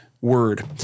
word